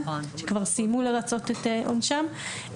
שכבר סיימו לרצות את עונשם,